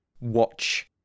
watch